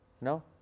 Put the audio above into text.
No